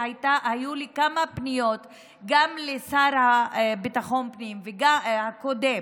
והיו לי כמה פניות גם לשר לביטחון הפנים הקודם,